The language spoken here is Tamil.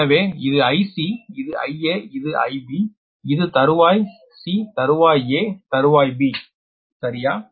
எனவே இது Ic இது Ia இது Ib தறுவாய் 'c' தறுவாய் 'a' தறுவாய் 'b' சரியா